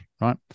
right